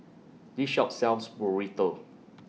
This Shop sells Burrito